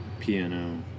piano